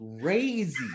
crazy